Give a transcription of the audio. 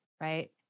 right